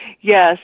Yes